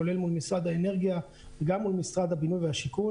כולל במשרד האנרגיה וגם במשרד הבינוי והשיכון.